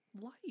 life